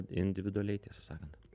individualiai tiesą sakant